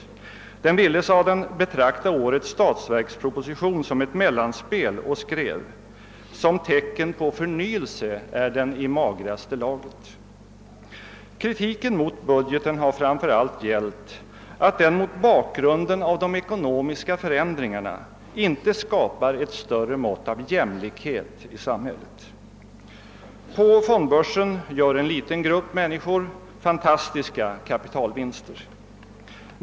Tidningen ville betrakta årets statsverksproposition som ett mellanspel och skrev: »Som tecken på förnyelse är den i magraste laget.» Kritiken mot budgeten har framför allt gällt att den mot bakgrunden av de ekonomiska förändringarna inte skapar ett större mått av jämlikhet i samhället. På fondbörsen gör en liten grupp fantastiska kapitalvinster.